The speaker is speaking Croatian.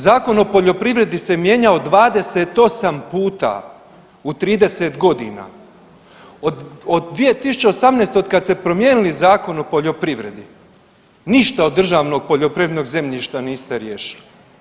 Zakon o poljoprivredi se mijenjao 28 puta u 30.g., od 2018. otkad ste promijenili Zakon o poljoprivredi ništa od državnog poljoprivrednog zemljišta niste riješili.